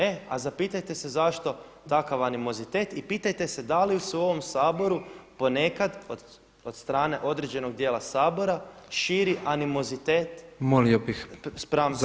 E a zapitajte se zašto takav animozitet i pitajte se da li se u ovom Saboru ponekad od strane određenog dijela Sabora, širi animozitet spram Srba.